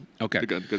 Okay